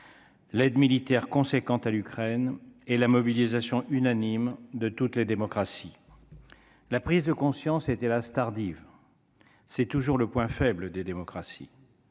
L'aide militaire conséquente à l'Ukraine et la mobilisation unanime de toutes les démocraties, la prise de conscience a été là s'tardive, c'est toujours le point faible des démocraties